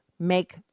make